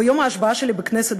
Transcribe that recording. ביום ההשבעה שלי בכנסת,